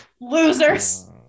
losers